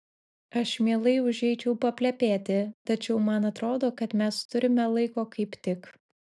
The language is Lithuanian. aš mielai užeičiau paplepėti tačiau man atrodo kad mes turime laiko kaip tik